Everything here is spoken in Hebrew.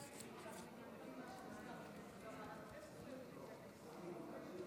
להתמודדות עם נגיף הקורונה החדש (הוראת שעה)